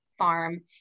farm